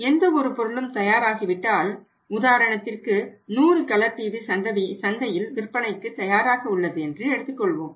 எந்த ஒரு பொருளும் தயாராகிவிட்டால் உதாரணத்திற்கு 100 கலர் டிவி சந்தையில் விற்பனைக்கு தயாராக உள்ளது என்று எடுத்துக் கொள்வோம்